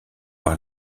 par